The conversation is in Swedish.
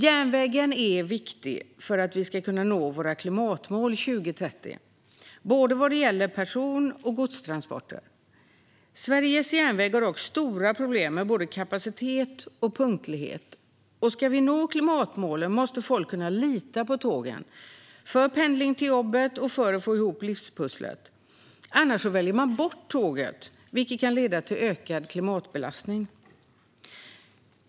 Järnvägen är viktig för att vi ska kunna nå våra klimatmål 2030 vad gäller person och godstransporter. Sveriges järnväg har dock stora problem med både kapacitet och punktlighet. Ska vi nå klimatmålen måste folk kunna lita på tåget för pendling till jobbet och för att få ihop livspusslet. Annars väljer man bort tåget, vilket kan leda till ökad klimatbelastning.